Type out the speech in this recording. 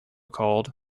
called